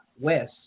West